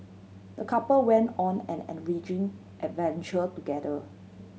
the couple went on an enriching adventure together